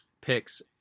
picks